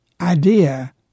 idea